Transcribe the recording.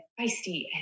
feisty